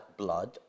blood